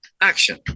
action